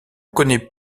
connaît